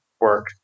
work